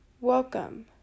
Welcome